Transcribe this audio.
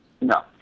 No